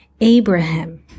Abraham